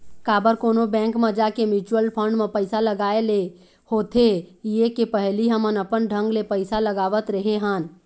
काबर कोनो बेंक म जाके म्युचुअल फंड म पइसा लगाय ले होथे ये के पहिली हमन अपन ढंग ले पइसा लगावत रेहे हन